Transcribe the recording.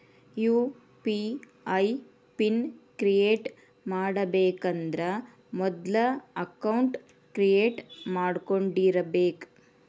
UPI PIN create ಮಾಡಬೇಕಂದ್ರ ಮೊದ್ಲ account create ಮಾಡ್ಕೊಂಡಿರಬೆಕ್